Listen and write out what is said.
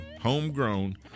homegrown